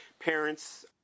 parents